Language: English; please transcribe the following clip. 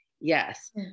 Yes